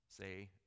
say